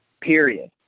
period